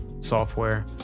software